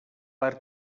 per